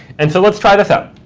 and so let's try this out.